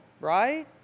right